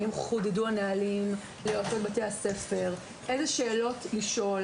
האם חודדו הנהלים ליועצי בתי הספר אילו שאלות לשאול,